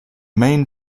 main